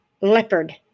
leopard